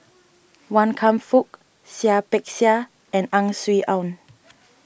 Wan Kam Fook Seah Peck Seah and Ang Swee Aun